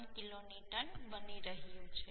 53 kilo newton બની રહ્યું છે